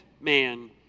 man